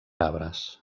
arbres